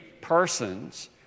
persons